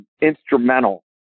instrumental